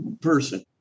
person